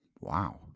Wow